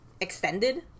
extended